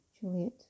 Juliet